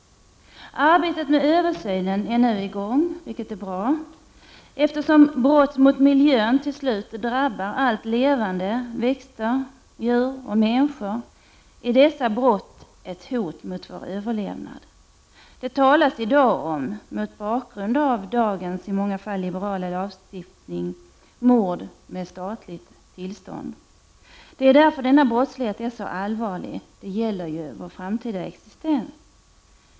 Arbetet med denna översyn är nu i gång, vilket är bra. Eftersom brott mot miljön till slut drabbar allt levande — växter, djur och människor — är dessa brott ett hot mot vår överlevnad. Det talas i dag, mot bakgrund av dagens i många fall liberala lagstiftning, om mord med statligt tillstånd. Det är därför denna brottslighet är så allvarlig. Det gäller ju vår framtida existens.